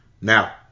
Now